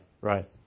right